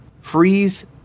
freeze